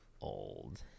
old